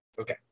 Okay